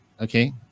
okay